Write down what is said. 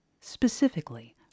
Specifically